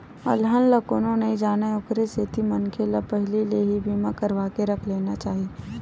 अलहन ला कोनो नइ जानय ओखरे सेती मनखे ल पहिली ले ही बीमा करवाके रख लेना चाही